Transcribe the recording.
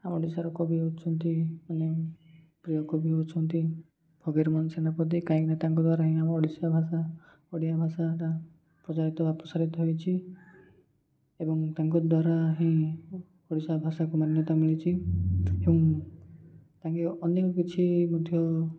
ଆମ ଓଡ଼ିଶାର କବି ହଉଛନ୍ତି ମାନେ ପ୍ରିୟ କବି ହଉଛନ୍ତି ଫକୀର ମୋହନ ସେନାପତି କାହିଁକିନା ତାଙ୍କ ଦ୍ୱାରା ହିଁ ଆମ ଓଡ଼ିଆ ଭାଷା ଓଡ଼ିଆ ଭାଷାଟା ପ୍ରଚାରିତ ବା ପ୍ରସାରିତ ହୋଇଛି ଏବଂ ତାଙ୍କ ଦ୍ୱାରା ହିଁ ଓଡ଼ିଶା ଭାଷାକୁ ମାନ୍ୟତା ମିଳିଚି ଏବଂ ତାଙ୍କେ ଅନେକ କିଛି ମଧ୍ୟ